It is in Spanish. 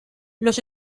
los